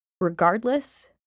Regardless